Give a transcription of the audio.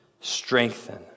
strengthen